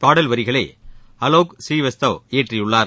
பாடல் வரிகளை அலோக் ஸ்ரீவஷ்தவ் இயற்றியுள்ளார்